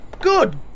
Good